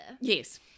yes